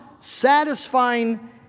satisfying